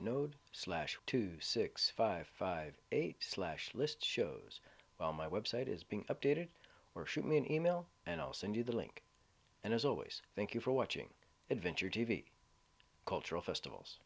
node slash two six five five eight slash list shows well my website is being updated or shoot me an email and i'll send you the link and as always thank you for watching adventure t v cultural festivals